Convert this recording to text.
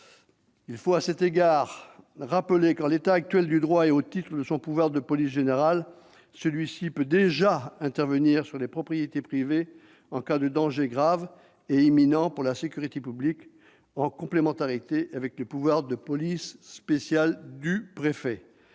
Il faut, à cet égard, rappeler que, en l'état actuel du droit et au titre de son pouvoir de police générale, celui-ci peut déjà intervenir sur les propriétés privées en cas de danger grave et imminent pour la sécurité publique, en complémentarité avec le pouvoir de police spéciale du préfet.